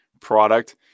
product